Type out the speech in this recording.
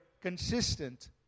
consistent